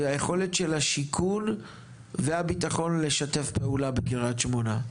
זה היכולת של השיכון והביטחון לשתף פעולה בקריית שמונה.